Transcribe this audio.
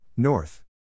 North